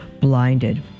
blinded